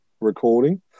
recording